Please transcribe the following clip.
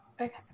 Okay